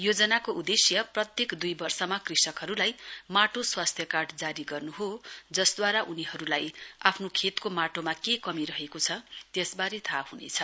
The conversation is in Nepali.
योजनाको उदेश्य प्रत्येक दूई वर्षमा कृषकहरूलाई माटो स्वास्थ्य कार्ड जारी गर्न् हो जसद्वारा उनीहरूलाई आफ्नो खेतको माटोमा के कमी रहेको छ त्यसबारे याङा ह्नेछ